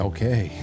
Okay